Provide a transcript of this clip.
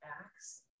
acts